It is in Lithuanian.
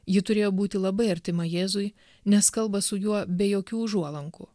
ji turėjo būti labai artima jėzui nes kalba su juo be jokių užuolankų